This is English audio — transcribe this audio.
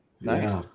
Nice